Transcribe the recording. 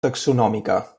taxonòmica